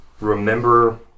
Remember